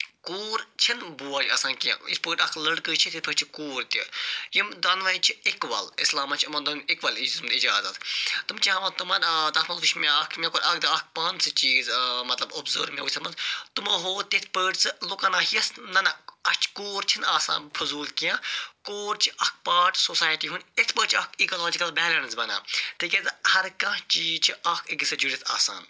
کوٗر چھِ نہ بوج آسان کینٛہہ یِتھ پٲٹھۍ اکھ لٔڑکہٕ چھُ تِتھ پٲٹھۍ چھِ کوٗر تہِ یِم دۄنوے چھِ اِکوَل اِسلامَس مَنٛز چھ یمن دۄن اِکوَل یہِ دیُتمُت اِجازت تم چھِ ہاوان تمن تتھ مَنٛز وچھ مےٚ اکھ مےٚ کوٚر اکہ دۄہ اکھ پانہٕ سُہ چیٖز مَطلَب اۄبزٔرو مےٚ وُچھ تتھ مَنٛز تمو ہوٚو تتھ پٲٹھۍ سُہ لُکَن آسہِ ننان اَسہِ چھِ کوٗر چھ نہٕ آسان فضول کینٛہہ کوٗر چھِ اکھ پارٹ سوسایٹی ہُنٛد اِتھ پٲٹھۍ چھِ اکھ اکالاجِکَل بیلیٚنس بَڑان تکیازِ ہر کانٛہہ چیٖز چھ اکھ أکِس سۭتۍ جُڑِتھ آسان